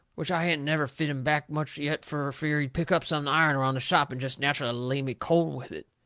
which i hadn't never fit him back much yet fur fear he'd pick up something iron around the shop and jest natcherally lay me cold with it.